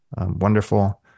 wonderful